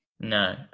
No